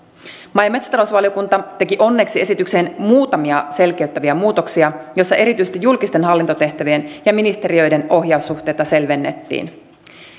maa ja metsätalousvaliokunta teki onneksi esitykseen muutamia selkeyttäviä muutoksia joissa erityisesti julkisten hallintotehtävien ja ministeriöiden ohjaussuhteita selvennettiin